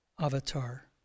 avatar